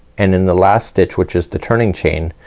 and in the last stitch, which is the turning chain,